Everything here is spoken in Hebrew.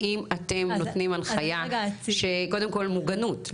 האם אתם נותנים הנחייה של קודם כל מוגנות,